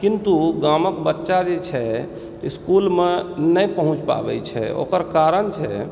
किन्तु गामक बच्चा जे छै इस्कुलमे नहि पहुँचि पबैत छै ओकर कारण छै